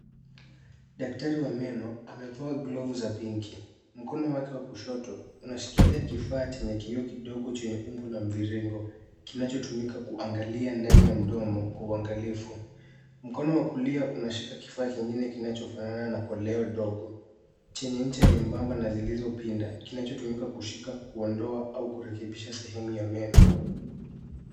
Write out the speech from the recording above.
Daktari wa meno, amevaa glovu za pinki. Mkono wake wa kushoto unashikilia kifaa chenye kioo kidogo chenye umbo la mviringo, kinachotumika kuangalia ndani ya mdomo kwa uangalifu. Mkono wa kulia unashika kifaa kingine kinachofanana na kolea ndogo chenye mche nyembamba zilizo pinda. Kinachotumika kushika, kuondoa au kurekebisha sehemu ya meno.